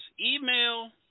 email